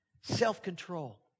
self-control